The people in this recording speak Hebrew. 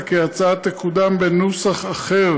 כי ההצעה תקודם בנוסח אחר